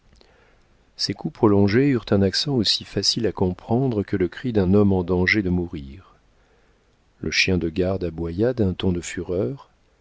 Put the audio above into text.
ces coups prolongés eurent un accent aussi facile à comprendre que le cri d'un homme en danger de mourir le chien de garde aboya d'un ton de fureur